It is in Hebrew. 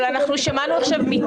כן.